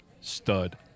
Stud